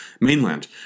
mainland